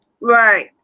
right